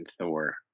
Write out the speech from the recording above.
Thor